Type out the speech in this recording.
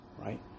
right